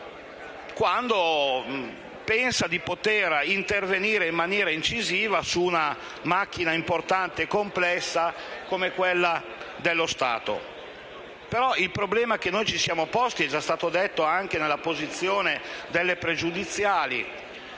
quando pensa di poter intervenire in maniera incisiva su una macchina importante e complessa come quella dello Stato. Tuttavia, il problema che noi ci siamo posti - è già stato detto anche nella discussione sulle questioni